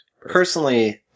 personally